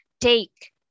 take